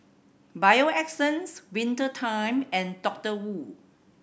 Bio Essence Winter Time and Doctor Wu